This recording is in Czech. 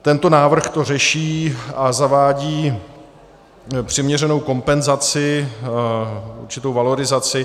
Tento návrh to řeší a zavádí přiměřenou kompenzaci, určitou valorizaci.